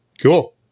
Cool